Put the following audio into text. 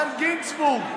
איתן גינזבורג,